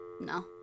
No